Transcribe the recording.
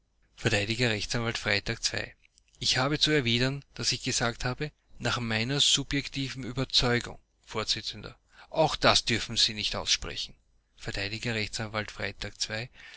freytag ii ich habe zu erwidern daß ich gesagt habe nach meiner subjektiven überzeugung vors auch das dürfen sie nicht aussprechen